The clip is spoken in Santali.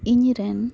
ᱤᱧ ᱨᱮᱱ